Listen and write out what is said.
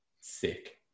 sick